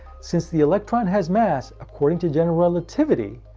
since the electron has mass, according to general relativity,